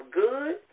good